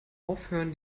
aufhören